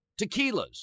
tequilas